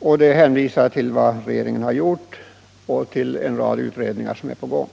svaret hänvisas till vad regeringen har gjort och till en rad utredningar som är på gång.